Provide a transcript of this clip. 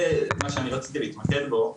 זה מה שאני רציתי להתמקד בו,